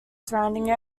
surrounding